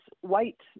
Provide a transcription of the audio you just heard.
white